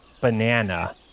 banana